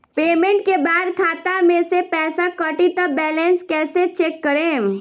Payment के बाद खाता मे से पैसा कटी त बैलेंस कैसे चेक करेम?